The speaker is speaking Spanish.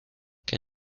que